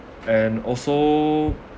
and also